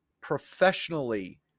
professionally